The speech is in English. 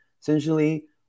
essentially